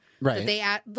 Right